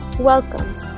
Welcome